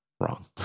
wrong